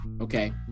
okay